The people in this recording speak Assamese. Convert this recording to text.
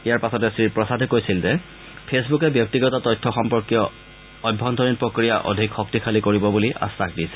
ইয়াৰ পাছতে শ্ৰী প্ৰসাদে কৈছিল যে ফেচবুকে ব্যক্তিগত তথ্য সম্পৰ্কীয় অভ্যন্তৰীণ প্ৰক্ৰিয়া অধিক শক্তিশালী কৰিব বুলি আখাস দিছে